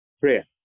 prayer